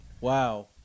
Wow